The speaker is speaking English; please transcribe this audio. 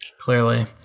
clearly